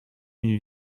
une